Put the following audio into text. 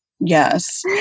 Yes